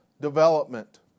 development